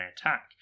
attack